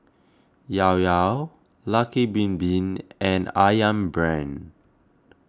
Llao Llao Lucky Bin Bin and Ayam Brand